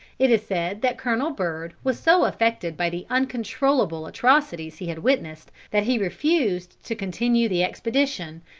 it is said that colonel byrd was so affected by the uncontrollable atrocities he had witnessed, that he refused to continue the expedition,